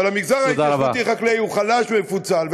אבל המגזר ההתיישבותי-חקלאי חלש ומפוצל.